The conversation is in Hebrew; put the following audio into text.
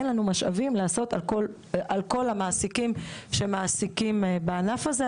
אין לנו משאבים לעשות על כל המעסיקים שמעסיקים בענף הזה,